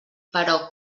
però